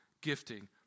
gifting